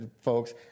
folks